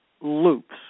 loops